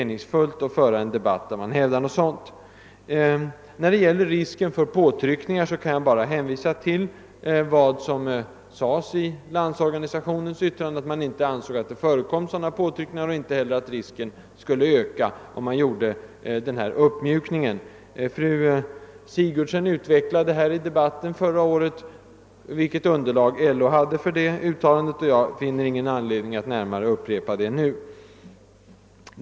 När det gäller risken för påtryckningar kan jag bara hänvisa till att LO i sitt yttrande framhöll, att det inte förekom några sådana påtryckningar och att risken härför inte heller skulle öka om man genomförde den nu aktuella uppmjukningen. Fru Sigurdsen utvecklade i debatten förra året LO:s underlag för detta uttalande, och jag finner ingen anledning att nu upprepa vad hon sade.